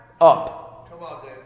up